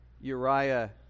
Uriah